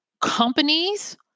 companies